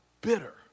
bitter